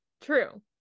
True